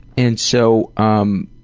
and so um